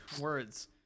words